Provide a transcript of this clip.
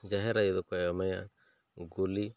ᱡᱟᱦᱮᱨ ᱟᱭᱚ ᱫᱚ ᱠᱚ ᱮᱢᱟᱭᱟ ᱜᱩᱞᱤ